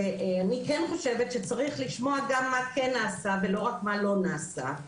אני כן חושבת שצריך לשמוע גם מה כן נעשה ולא רק מה לא נעשה.